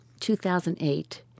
2008